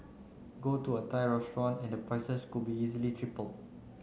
go to a Thai restaurant and the prices could easily be tripled